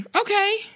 Okay